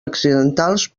accidentals